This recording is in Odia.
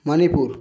ମନିପୁର